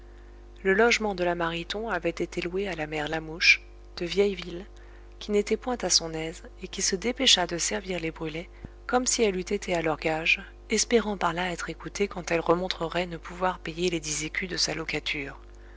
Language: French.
le logement de la mariton avait été loué à la mère lamouche de vieilleville qui n'était point à son aise et qui se dépêcha de servir les brulet comme si elle eût été à leurs gages espérant par là être écoutée quand elle remontrerait ne pouvoir payer les dix écus de sa locature